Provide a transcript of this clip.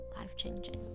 life-changing